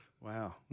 Wow